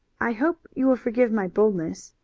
i hope you will forgive my boldness,